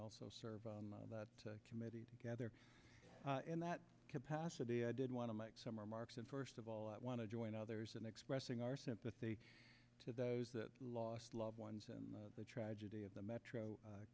also serve that committee together in that capacity i did want to make some remarks and first of all i want to join others in expressing our sympathy to those that lost loved ones and the tragedy of the metro